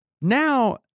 Now